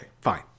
fine